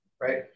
right